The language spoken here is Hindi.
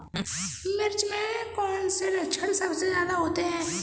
मिर्च में कौन से लक्षण सबसे ज्यादा होते हैं?